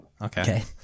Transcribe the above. okay